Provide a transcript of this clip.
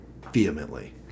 vehemently